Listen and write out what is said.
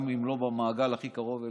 גם אם לא במעגל הכי קרוב אליך.